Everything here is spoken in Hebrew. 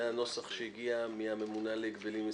הנוסח שהגיע מהממונה להגבלים עסקיים.